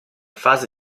fase